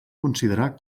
considerar